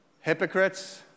hypocrites